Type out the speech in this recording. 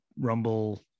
Rumble